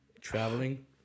Traveling